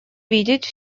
видеть